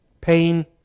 pain